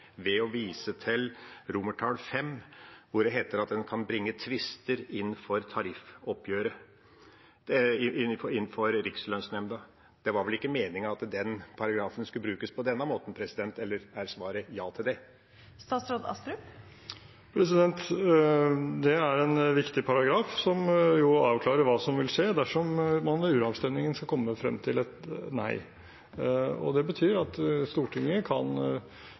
ved å vise til V, hvor det heter at en kan bringe tvister inn for Rikslønnsnemnda. Det var vel ikke meningen at den paragrafen skulle brukes på denne måten, eller er svaret ja til det? Det er en viktig paragraf som avklarer hva som vil skje dersom man ved uravstemningen skal komme frem til et nei, og det betyr at Stortinget kan